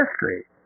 history